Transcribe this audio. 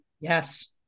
Yes